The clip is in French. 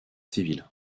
civile